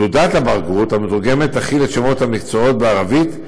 תעודת הבגרות המתורגמת תכיל את שמות המקצועות בערבית,